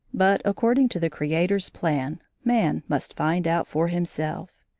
but, according to the creator's plan, man must find out for himself.